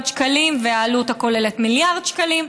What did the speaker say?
שקלים ובעלות כוללת של מיליארד שקלים,